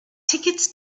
tickets